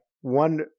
one